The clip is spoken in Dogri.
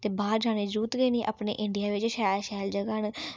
ते बाह्र जाने दी जरूरत गै नेईं अपने इंडिया बिच्च शैल शैल जगहां न